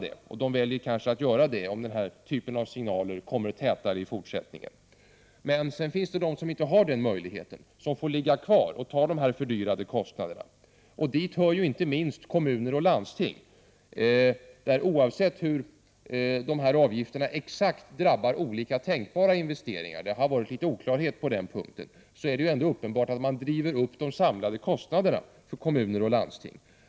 Det är nog vad man kommer att göra, om den här typen av signaler kommer tätare i fortsättningen. Men det finns också företag som inte har den här möjligheten. De företagen får stanna kvar på den plats där de redan har verksamhet och finna sig i fördyringar. Det gäller inte minst kommuner och landsting. Oavsett hur avgifterna drabbar olika tänkbara investeringar — det har rått en del oklarheter på den punkten — är det ändå uppenbart att de samlade kostnaderna blir större för både kommuner och landsting.